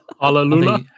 Hallelujah